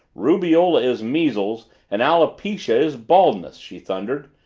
rubeola is measles, and alopecia is baldness! she thundered.